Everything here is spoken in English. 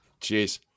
Jeez